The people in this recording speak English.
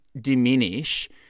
diminish